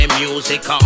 music